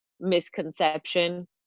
misconception